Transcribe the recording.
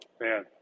Man